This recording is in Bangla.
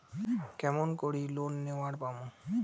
কেমন করি লোন নেওয়ার পামু?